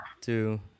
two